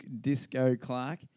Disco-Clark